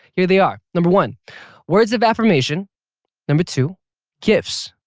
here they are, number one words of affirmation number two gifts,